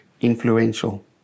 influential